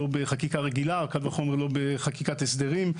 לא בחקיקה רגילה, קל וחומר לא בחקיקת הסדרים.